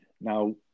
now